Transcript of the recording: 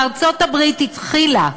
אם ארצות-הברית התחילה